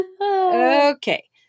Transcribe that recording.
Okay